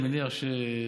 אני מניח,